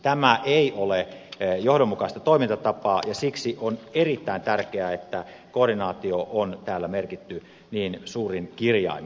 tämä ei ole johdonmukaista toimintatapaa ja siksi on erittäin tärkeää että koordinaatio on täällä merkitty niin suurin kirjaimin